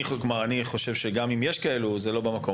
אני חושב שגם אם יש כאלו זה לא במקום,